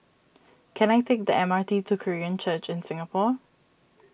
can I take the M R T to Korean Church in Singapore